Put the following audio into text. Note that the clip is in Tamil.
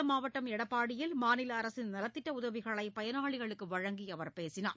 சேலம் மாவட்டம் எடப்பாடியில் மாநில அரசின் நலத்திட்ட உதவிகளை பயனாளிகளுக்கு வழங்கி அவர் பேசினார்